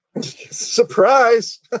Surprise